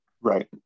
Right